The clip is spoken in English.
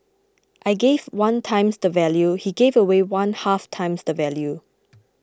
I gave one times the value he gave away one half times the value